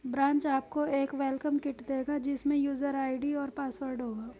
branch आपको एक welcome kit देगा जिसमे यूजर आई.डी और पासवर्ड होगा